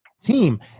team